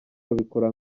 babikora